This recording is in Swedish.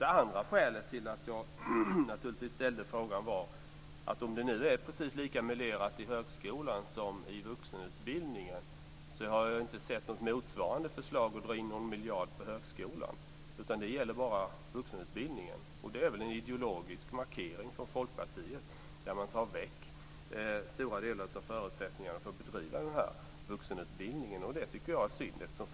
Det andra skälet till att jag ställde frågan är följande. Om det är lika melerat i högskolan som i vuxenbildningen, har jag inte sett något motsvarande förslag att dra in någon miljard på högskolan. Det gäller bara vuxenutbildningen. Det är väl en ideologisk markering från Folkpartiet, där stora delar av förutsättningen att bedriva vuxenutbildning tas bort. Det är synd.